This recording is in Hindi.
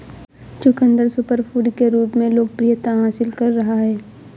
चुकंदर सुपरफूड के रूप में लोकप्रियता हासिल कर रहा है